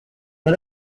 not